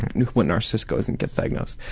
what narcissist goes and gets diagnosed?